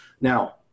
Now